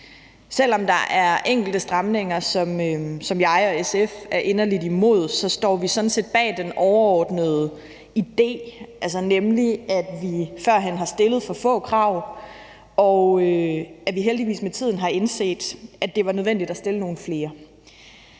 Selv om der er enkelte stramninger, som jeg og SF er inderligt imod, står vi sådan set bag den overordnede idé, nemlig at vi førhen har stillet for få krav, og at vi heldigvis med tiden har indset, at det var nødvendigt at stille nogle flere.